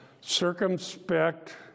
circumspect